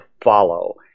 follow